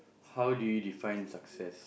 how do you define success